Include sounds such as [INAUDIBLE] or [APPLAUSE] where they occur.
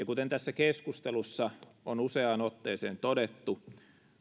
[UNINTELLIGIBLE] kuten tässä keskustelussa on useaan otteeseen todettu